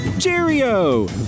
cheerio